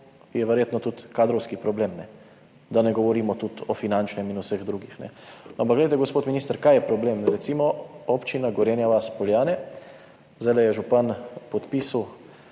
je verjetno tudi kadrovski problem, da ne govorimo tudi o finančnem in vseh drugih. Ampak glejte, gospod minister, kaj je problem? Recimo Občina Gorenja vas - Poljane, zdajle je župan podpisal